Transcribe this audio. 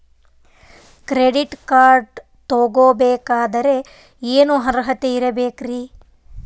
Credit card ತೊಗೋ ಬೇಕಾದರೆ ಏನು ಅರ್ಹತೆ ಇರಬೇಕ್ರಿ?